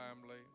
family